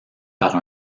par